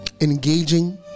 engaging